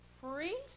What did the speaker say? free